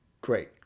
Great